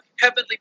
heavenly